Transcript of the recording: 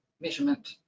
measurement